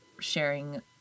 sharing